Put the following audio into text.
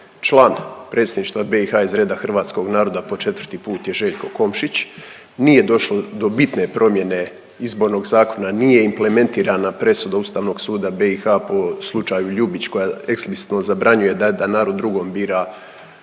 član Predsjedništva BiH iz reda hrvatskog naroda po četvrti put je Željko Komšić. Nije došlo do bitne promjene Izbornog zakona, nije implementirana presuda Ustavnog suda BiH po slučaju Ljubić koja eksplicitno zabranjuje da narod drugom bira